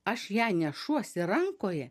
aš ją nešuosi rankoje